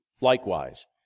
likewise